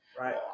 Right